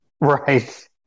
right